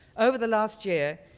over the last year,